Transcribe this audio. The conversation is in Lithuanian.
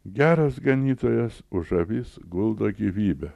geras ganytojas už avis guldo gyvybę